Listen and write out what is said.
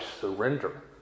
surrender